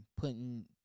putting